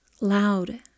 loud